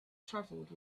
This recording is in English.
travelled